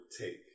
take